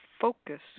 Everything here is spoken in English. focus